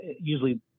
Usually